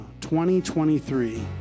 2023